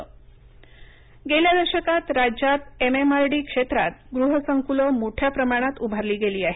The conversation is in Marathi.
गुह संकलं गेल्या दशकात राज्यात एमएमआरडी क्षेत्रात गृह संकुलं मोठ्या प्रमाणात उभारली गेली आहेत